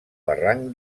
barranc